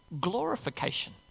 glorification